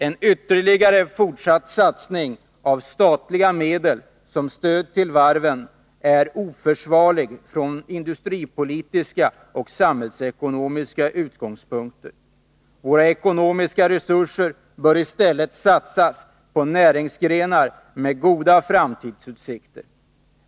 En ytterligare fortsatt satsning av statliga medel som stöd till varven är oförsvarlig från industripolitiska och samhällsekonomiska utgångspunkter. Våra ekonomiska resurser bör i stället satsas på näringsgrenar med goda framtidsutsikter.